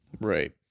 Right